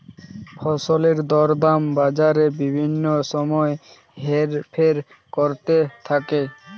ফসলের দরদাম বাজারে বিভিন্ন সময় হেরফের করতে থাকে